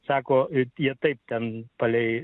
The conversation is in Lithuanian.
sako ir tie taip ten palei